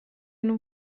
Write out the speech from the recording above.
non